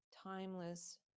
Timeless